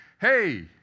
hey